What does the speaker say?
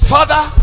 Father